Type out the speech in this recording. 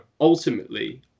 ultimately